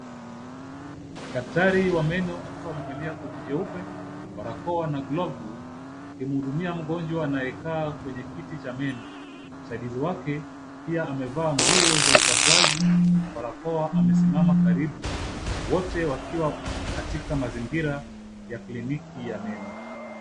Daktari wa meno akiwa amevalia koti jeupe, barakoa na glovu, akimhudumia mgonjwa anayekaa kwenye kiti cha meno. Msaidizi wake pia amevaa nguo za upasuaji na barakoa amesimama karibu, wote wakiwa katika mazingira ya kliniki ya meno.